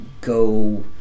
go